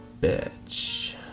bitch